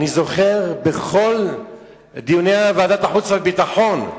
אני זוכר בכל דיוני ועדת החוץ והביטחון,